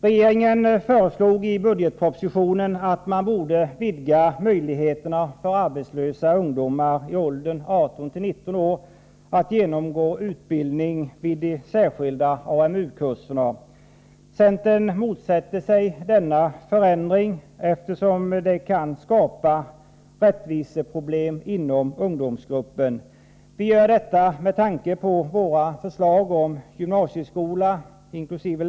Regeringen föreslog i budgetpropositionen att man borde vidga möjligheterna för arbetslösa ungdomar i åldern 18-19 år att genomgå utbildning vid de särskilda AMU-kurserna. Centern motsätter sig denna förändring, eftersom den kan skapa rättviseproblem inom ungdomsgruppen. Vi gör detta med tanke på våra förslag beträffande gymnasieskolan, inkl.